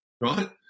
right